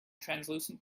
translucent